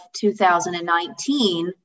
2019